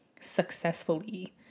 successfully